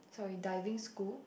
sorry diving school